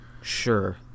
Sure